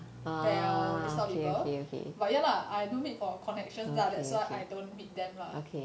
belle this type of people but ya lah I don't meet for connections lah that's why I don't meet them lah